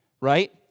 right